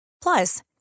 Plus